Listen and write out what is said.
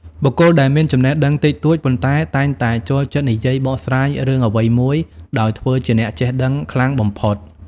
បុគ្គលដែលមានចំណេះដឹងតិចតួច ប៉ុន្តែតែងតែចូលចិត្តនិយាយបកស្រាយរឿងអ្វីមួយដោយធ្វើជាអ្នកចេះដឹងខ្លាំងបំផុត។